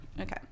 Okay